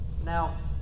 Now